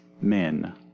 men